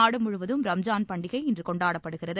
நாடுமுழுவதும் ரம்ஜான் பண்டிகை இன்று கொண்டாடப்படுகிறது